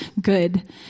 good